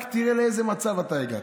רק תראה לאיזה מצב אתה הגעת.